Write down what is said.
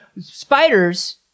Spiders